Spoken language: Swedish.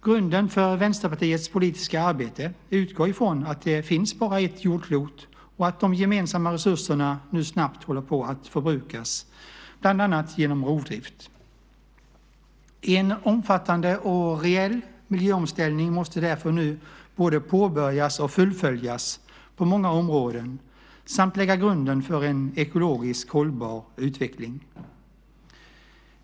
Grunden för Vänsterpartiets politiska arbete utgår ifrån att det bara finns ett jordklot och att de gemensamma resurserna nu snabbt håller på att förbrukas bland annat genom rovdrift. En omfattande och reell miljöomställning måste därför nu både påbörjas och fullföljas på många områden och grunden måste läggas för en ekologiskt hållbar utveckling.